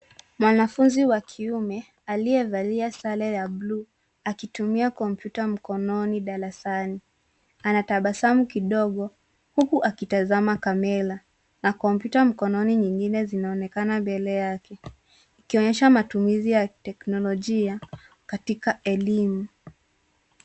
Mwanafunzi wa kiume aliye valia sare ya buluu akitumia komputa mkononi darasani anatabasamu kidogo, huku akitazama kamera na kompyuta mkononi nyingine zinaonekana mbele yake ikionyesha matumizi ya teknologia katika elimu.